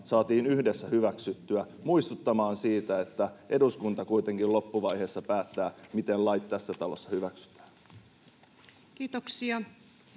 saatiin yhdessä hyväksyttyä muistuttamaan siitä, että eduskunta kuitenkin loppuvaiheessa päättää, miten lait tässä talossa hyväksytään. ===